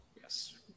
Yes